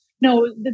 no